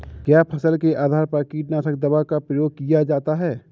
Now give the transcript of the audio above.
क्या फसल के आधार पर कीटनाशक दवा का प्रयोग किया जाता है?